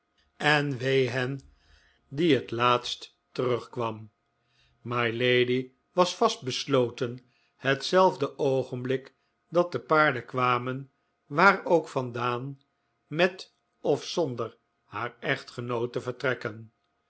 en wee hen die het laatst terugkwamen mylady was vastbesloten hetzelfde oogenblik dat de paarden kwamen waar ook vandaan met of zonder haar echtgenoot te vertrekken